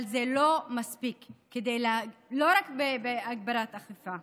אבל לא די רק בהגברת אכיפה,